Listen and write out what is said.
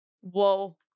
whoa